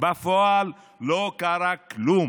בפועל לא קרה כלום.